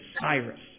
Cyrus